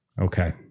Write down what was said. Okay